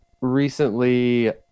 recently